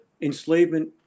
enslavement